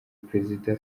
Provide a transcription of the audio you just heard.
perezida